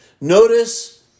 Notice